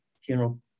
funeral